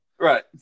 right